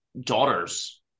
daughters